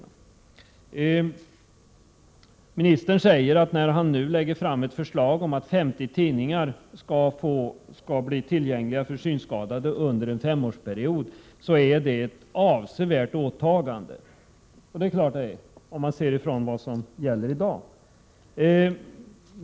Ministern säger att det är fråga om ett avsevärt åtagande, när han nu lägger fram ett förslag om att 50 dagstidningar under en femårsperiod skall bli tillgängliga för synskadade. Det är klart att så är fallet, om man utgår från vad som gäller i dag.